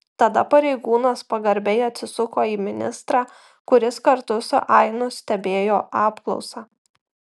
tada pareigūnas pagarbiai atsisuko į ministrą kuris kartu su ainu stebėjo apklausą